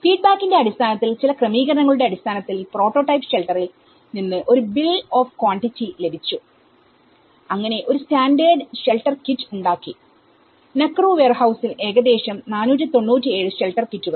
ഫീഡ്ബാക്കിന്റെ അടിസ്ഥാനത്തിൽ ചില ക്രമീകരണങ്ങളുടെ അടിസ്ഥാനത്തിൽ പ്രോട്ടോടൈപ്പ് ഷെൽട്ടറിൽനിന്ന് ഒരു ബിൽ ഓഫ് ക്വാണ്ടിറ്റി ലഭിച്ചു അങ്ങനെ ഒരു സ്റ്റാൻഡേർഡ് ഷെൽട്ടർ കിറ്റ് ഉണ്ടാക്കി നക്കുറു വെയർഹൌസിൽ ഏകദേശം 497 ഷെൽട്ടർ കിറ്റുകൾ